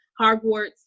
Hogwarts